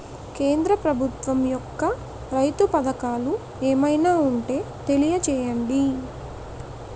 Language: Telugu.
కేంద్ర ప్రభుత్వం యెక్క రైతు పథకాలు ఏమైనా ఉంటే తెలియజేయండి?